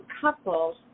couples